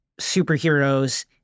superheroes